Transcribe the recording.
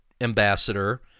ambassador